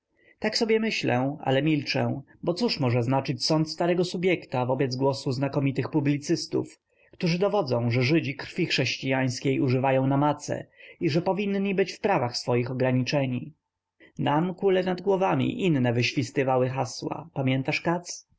tak sobie myślę ale milczę bo cóż może znaczyć sąd starego subjekta wobec głosu znakomitych publicystów którzy dowodzą że żydzi krwi chrześcijańskiej używają na mace i że powinni być w prawach swoich ograniczeni nam kule nad głowami inne wyświstywały hasła pamiętasz